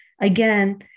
again